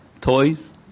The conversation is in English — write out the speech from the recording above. toys